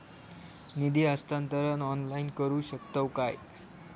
निधी हस्तांतरण ऑनलाइन करू शकतव काय?